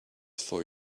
for